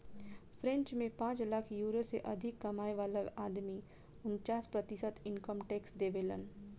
French में पांच lakh euro से अधिक कमाए वाला आदमी उनन्चास प्रतिशत इनकम टैक्स देबेलन